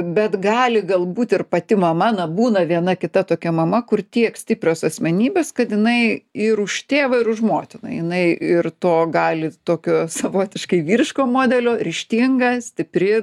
bet gali galbūt ir pati mama na būna viena kita tokia mama kur tiek stiprios asmenybės kad jinai ir už tėvą ir už motiną jinai ir to gali tokio savotiškai vyriško modelio ryžtinga stipri